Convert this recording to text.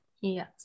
Yes